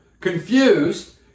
Confused